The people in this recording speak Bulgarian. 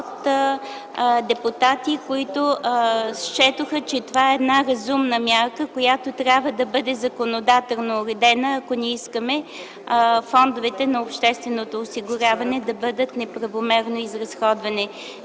от депутати, които счетоха, че това е разумна мярка, която трябва да бъде законодателно уредена, ако не искаме фондовете на общественото осигуряване да бъдат неправомерно изразходвани.